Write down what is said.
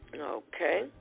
Okay